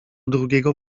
drugiego